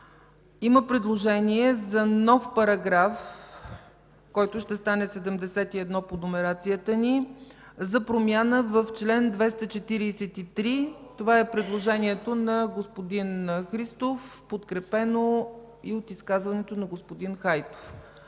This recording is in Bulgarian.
Има предложение за нов параграф, който ще стане § 71 по номерацията ни, за промяна в чл. 243. Това е предложението на господин Христов, подкрепено и от изказването на господин Хайтов.